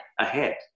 ahead